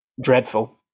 dreadful